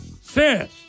says